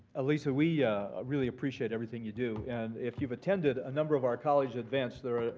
alisa, we really appreciate everything you do. and if you've attended a number of our college events,